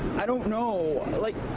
i don't know like,